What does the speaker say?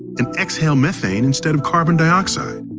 and exhale methane instead of carbon dioxide.